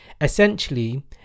essentially